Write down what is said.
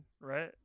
right